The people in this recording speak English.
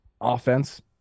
offense